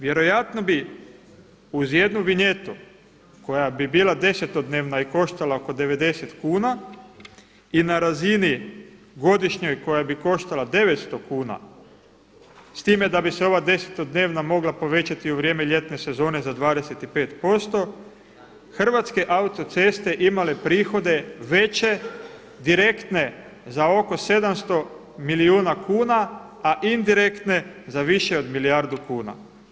Vjerojatno bi uz jednu vinjetu koja bi bila desetodnevna i koštala oko 90 kuna i na razini godišnjoj koja bi koštala 900 kuna s time da bi se ova desetodnevna mogla povećati u vrijeme ljetne sezone za 25% Hrvatske autoceste imale bi prihode veće direktne za oko 700 milijuna kuna a indirektne za više od milijardu kuna.